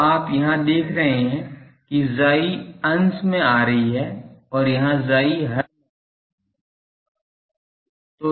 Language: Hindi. तो आप यहाँ देख रहे हैं कि Chi अंश में आ रही है यहाँ Chi हर में आ रही है